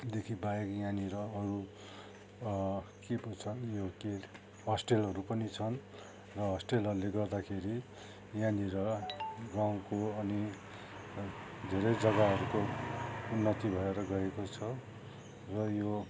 देखि बाहेक यहाँनिर अरू के पो छन् यो के हरे होस्टेलहरू पनि छन् र होस्टेलहरूले गर्दाखेरि यहाँनिर गाउँको अनि धेरै जग्गाहरूको उन्नति भएर गएको छ र यो